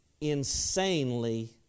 insanely